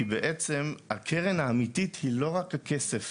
כי בעצם הקרן האמיתית היא לא רק הכסף